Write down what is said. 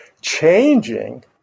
changing